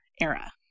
era